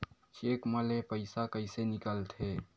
Cheque म ले पईसा कइसे निकलथे?